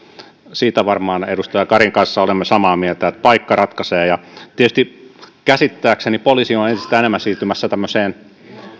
siitä varmaan edustaja karin kanssa olemme samaa mieltä että paikka ratkaisee käsittääkseni poliisi on entistä enemmän siirtymässä tämmöiseen